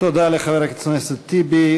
תודה לחבר הכנסת טיבי.